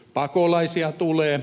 pakolaisia tulee